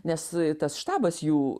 nes tas štabas jų